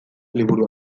liburu